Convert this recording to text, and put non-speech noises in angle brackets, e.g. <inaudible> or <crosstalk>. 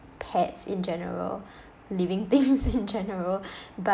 pets in general <breath> living things <laughs> in general but